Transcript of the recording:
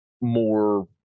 more